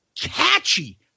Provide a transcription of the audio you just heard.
Catchy